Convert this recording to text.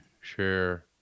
share